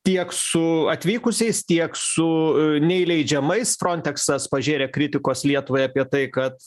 tiek su atvykusiais tiek su neįleidžiamais fronteksas pažėrė kritikos lietuvai apie tai kad